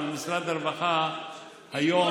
אבל משרד הרווחה היום,